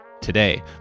Today